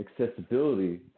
accessibility